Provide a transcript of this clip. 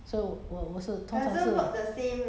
err moisturizer ah 当成是 eye cream